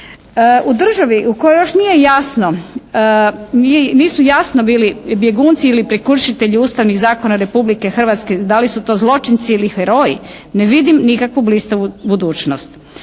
U državi u kojoj još nije jasno, nisu jasno bili bjegunci ili prekršitelji ustavnih zakona Republike Hrvatske, da li su to zločinci ili heroji, ne vidim nikakvu blistavu budućnost.